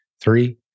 Three